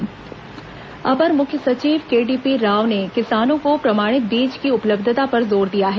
समीक्षा बैठक अपर मुख्य सचिव केडीपी राव ने किसानों को प्रमाणित बीज की उपलब्यता पर जोर दिया है